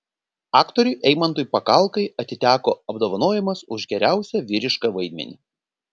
aktoriui eimantui pakalkai atiteko apdovanojimas už geriausią vyrišką vaidmenį